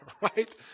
right